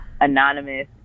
anonymous